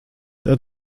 der